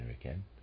again